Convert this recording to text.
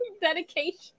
dedication